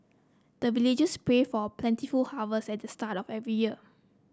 the villagers pray for plentiful harvest at the start of every year